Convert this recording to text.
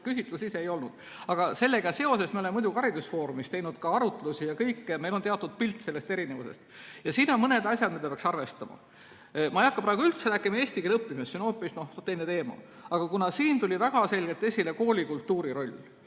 selline ei olnud. Aga sellega seoses me oleme haridusfoorumis teinud ka arutlusi ja kõike muud. Meil on teatud pilt sellest erinevusest. Siin on mõned asjad, mida peaks arvestama. Ma ei hakka praegu rääkima eesti keele õppimisest, see on hoopis teine teema, aga siin tuli väga selgelt esile koolikultuuri roll,